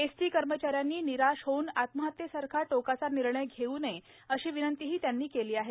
ST कर्मचाऱ्यांनी निराश होऊन आत्महत्येसारखा टोकाचा निर्णय घेऊ नये अशी विनंतीही त्यांनी केली आहे